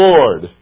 Lord